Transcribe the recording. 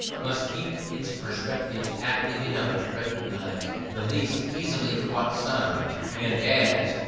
must keep its perceptives active enough to recognize the least easily caught sounds. and as,